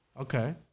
Okay